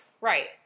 Right